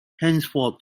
henceforth